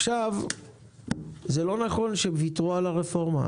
זה לא נכון שוויתרו על הרפורמה.